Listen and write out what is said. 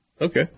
Okay